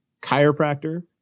chiropractor